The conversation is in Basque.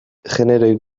genero